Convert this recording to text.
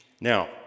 Now